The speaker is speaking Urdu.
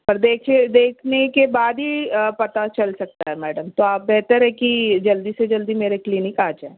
اور دیکھیے دیکھنے کے بعد ہی پتا چل سکتا ہے میڈم تو آپ بہتر ہے کہ جلدی سے جلدی میرے کلینک آ جائیں